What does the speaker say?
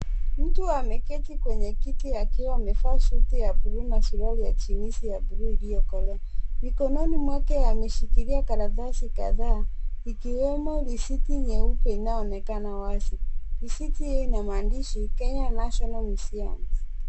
Mtu ameketi kwenye kiti akiwa amevaa suti la buluu na suruali ya jinisi ya buluu iliyokolea. Mikononi mwake ameshikilia karatasi kadhaa ikiwemo risiti nyeupe inayoonekana wazi. Risiti hio ina maandishi Kenya national Museums .